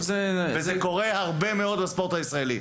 זה קורה הרבה מאוד בספורט הישראלי.